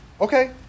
okay